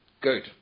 good